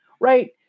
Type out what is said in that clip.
right